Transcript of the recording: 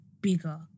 bigger